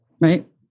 Right